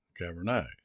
Cabernet